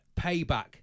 payback